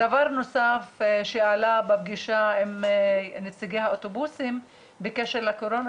דבר נוסף שעלה בפגישה עם נציגי האוטובוסים בקשר לקורונה